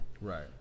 Right